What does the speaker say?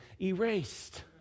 erased